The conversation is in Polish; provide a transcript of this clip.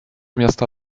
miasta